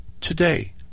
today